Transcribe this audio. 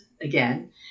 again